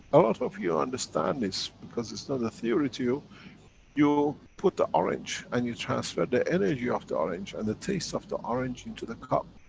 a lot of you understand this because it's not a theory to you. you put the orange and you transfer the energy of the orange and the taste of the orange into the cup.